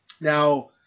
Now